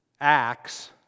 acts